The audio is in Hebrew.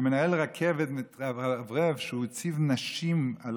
שמנהל רכבת התרברב שהוא הציב נשים על